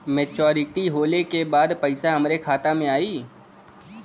Maturity होले के बाद पैसा हमरे खाता में आई?